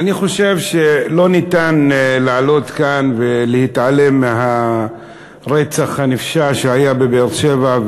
אני חושב שלא ניתן לעלות כאן ולהתעלם מהרצח הנפשע שהיה בבאר-שבע,